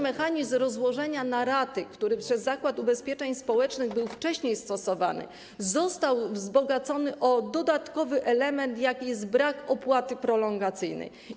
Mechanizm rozłożenia na raty, który przez Zakład Ubezpieczeń Społecznych był wcześniej stosowany, został także wzbogacony o dodatkowy element, jakim jest brak opłaty prolongacyjnej.